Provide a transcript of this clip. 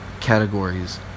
categories